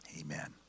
amen